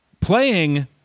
playing